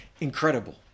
incredible